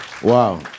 wow